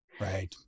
Right